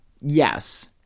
yes